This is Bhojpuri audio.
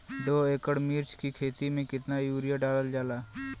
दो एकड़ मिर्च की खेती में कितना यूरिया डालल जाला?